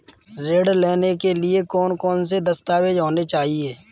ऋण लेने के लिए कौन कौन से दस्तावेज होने चाहिए?